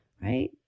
right